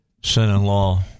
son-in-law